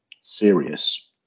serious